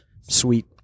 sweet